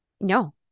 no